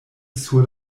sur